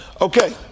Okay